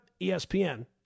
ESPN